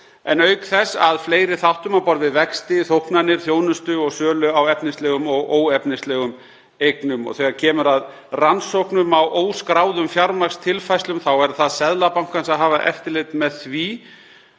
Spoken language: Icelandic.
en auk þess að fleiri þáttum á borð við vexti, þóknanir, þjónustu og sölu á efnislegum og óefnislegum eignum. Þegar kemur að rannsóknum á óskráðum fjármagnstilfærslum er það Seðlabankans að hafa eftirlit með því.